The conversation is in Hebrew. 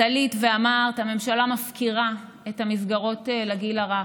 את עלית ואמרת שהממשלה מפקירה את המסגרות לגיל הרך,